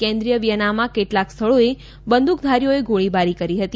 કેન્દ્રિય વિયનામાં કેટલાક સ્થળોએ બંદૂકધારીઓએ ગોળીબારી કરી હતી